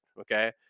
okay